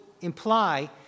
imply